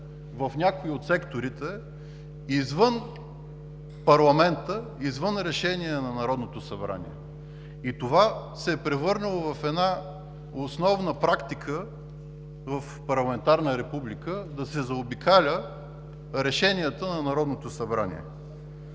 в някои от секторите, извън парламента, извън решение на Народното събрание. Това се е превърнало в основна практика в парламентарна република – да се заобикалят решенията на Народното събрание.